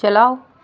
چلاؤ